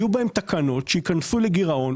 יהיו בהם תקנות שייכנסו לגירעון,